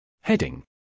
Heading